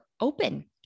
open